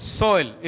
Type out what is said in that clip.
soil